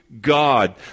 God